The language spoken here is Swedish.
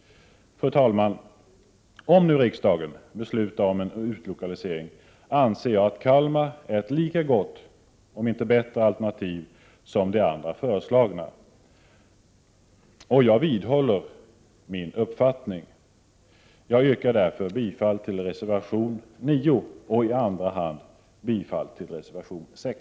Fru talman! Om riksdagen nu beslutar om en utlokalisering anser jag att Kalmar är ett lika gott alternativ som det andra föreslagna — om inte bättre. Jag vidhåller min uppfattning. Jag yrkar därför bifall till reservation 9 och i andra hand bifall till reservation 6.